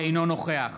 אינו נוכח